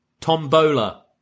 Tombola